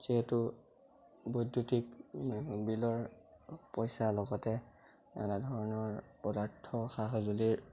যিহেতু বৈদ্যুতিক বিলৰ পইচাৰ লগতে নানা ধৰণৰ পদাৰ্থ সা সঁজুলিৰ